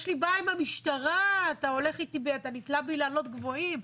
יש לי בעיה עם המשטרה, אתה נתלה באילנות גבוהים.